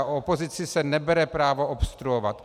Opozici se nebere právo obstruovat.